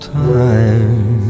time